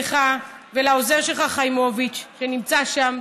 לך ולעוזר שלך חיימוביץ, שנמצא שם.